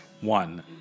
One